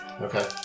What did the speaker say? Okay